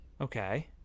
Okay